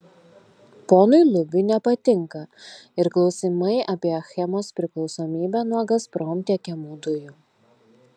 ponui lubiui nepatinka ir klausimai apie achemos priklausomybę nuo gazprom tiekiamų dujų